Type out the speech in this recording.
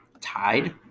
tied